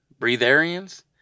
breatharians